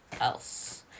else